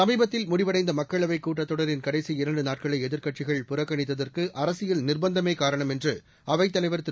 சமீபத்தில் முடிவடைந்த மக்களவை கூட்டத் தொடரின் கடைசி இரண்டு நாட்களை எதிர்க்கட்சிகள் புறக்கணித்ததற்கு அரசியல் நிர்பந்தமே காரணம் என்று அவைத் தலைவர் திரு